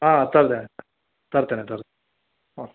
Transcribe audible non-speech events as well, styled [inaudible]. ಹಾಂ [unintelligible] ತರ್ತೇನೆ ತರ ಓಕೆ